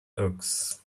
oaks